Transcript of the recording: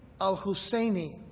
Al-Husseini